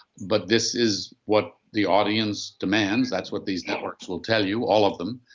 but this is what the audience demands. that's what these networks will tell you, all of them.